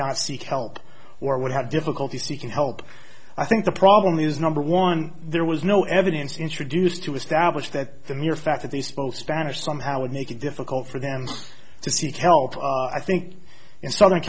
not seek help or would have difficulty seeking help i think the problem is number one there was no evidence introduced to establish that the mere fact that they spoke spanish somehow would make it difficult for them to seek help i think in southern